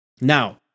now